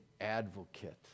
advocate